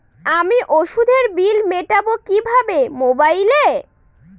আমি ওষুধের বিল মেটাব কিভাবে মোবাইলে?